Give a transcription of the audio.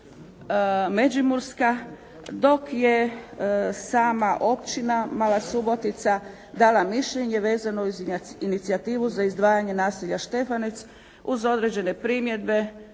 međimurska, dok je sama Općina Mala Subotica dala mišljenje vezano uz inicijativu za izdvajanje naselja Štefanec uz određene primjedbe,